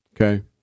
Okay